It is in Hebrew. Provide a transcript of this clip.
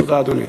תודה, אדוני.